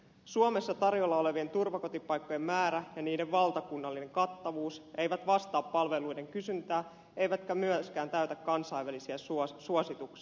suomessa tarjolla olevien turvakotipaikkojen määrä ja niiden valtakunnallinen kattavuus eivät vastaa palveluiden kysyntää eivätkä myöskään täytä kansainvälisiä suosituksia